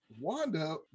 Wanda